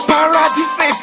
Paradise